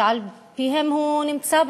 שעל-פיהם הוא נמצא בכנסת,